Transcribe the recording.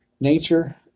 nature